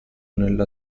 nella